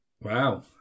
Wow